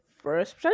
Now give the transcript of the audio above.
First